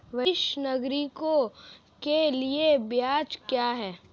वरिष्ठ नागरिकों के लिए ब्याज दर क्या हैं?